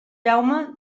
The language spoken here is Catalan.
jaume